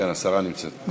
כן, השרה נמצאת פה.